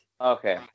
okay